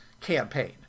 campaign